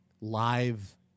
live